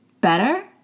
better